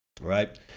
right